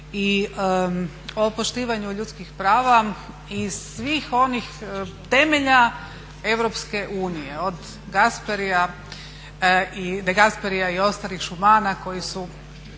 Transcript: i o poštivanju ljudskih prava i svih onih temelja EU, od de Gasperia i ostalih koji su